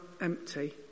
empty